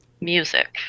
music